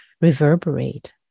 reverberate